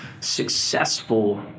successful